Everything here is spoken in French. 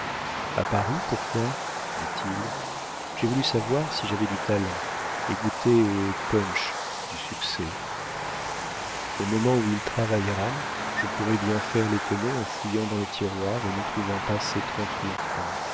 a paris pourquoi dit-il j'ai voulu savoir si j'avais du talent et goûter au punch du succès au moment où il travaillera je pourrais bien faire l'étonnée en fouillant dans le tiroir et n'y trouvant pas ses trente mille francs